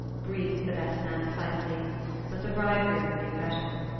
breathed the best man excitedly but the bridegroom knew better.